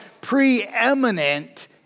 preeminent